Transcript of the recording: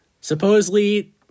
supposedly